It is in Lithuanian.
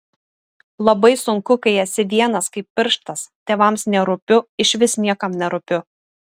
labai sunku kai esi vienas kaip pirštas tėvams nerūpiu išvis niekam nerūpiu